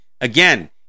again